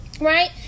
right